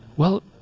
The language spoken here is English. well,